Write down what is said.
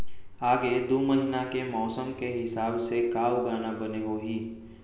आगे दू महीना के मौसम के हिसाब से का उगाना बने होही?